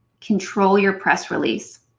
control your press release.